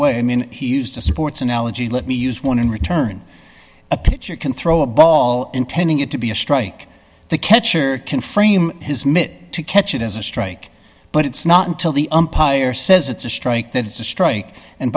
way i mean he used a sports analogy let me use one in return a pitcher can throw a ball intending it to be a strike the catcher can frame his mitt to catch it as a strike but it's not until the umpire says it's a strike that it's a strike and